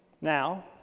Now